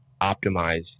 optimize